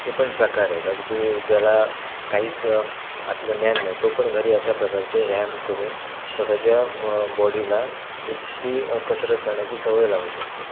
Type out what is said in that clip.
हे पण प्रकार आहेत अगदी ज्याला काहीच यातलं ज्ञान नाही तो पण घरी अशा प्रकारचे व्यायाम करून स्वतःच्या बॉडीला एक ती कसरत करण्याची सवय लावू शकतो